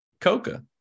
Coca